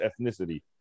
ethnicity